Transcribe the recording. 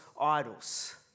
idols